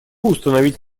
установить